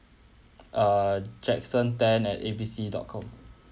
err jackson tan at A B C dot com